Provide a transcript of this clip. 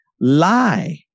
lie